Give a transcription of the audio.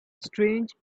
strange